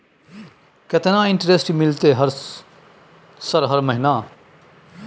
केतना इंटेरेस्ट मिलते सर हर महीना?